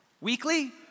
weekly